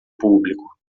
público